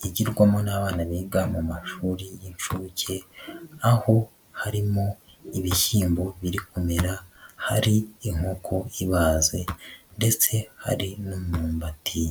yigirwamo n'abana biga mu mashuri y'inshuke aho harimo ibishyimbo biri kumera hari inkoko ibaze ndetse hari n'imyumbati.